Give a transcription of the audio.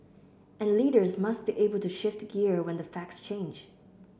and leaders must be able to shift gear when the facts change